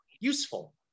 useful